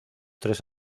tres